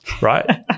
right